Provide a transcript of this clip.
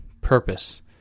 purpose